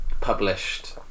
published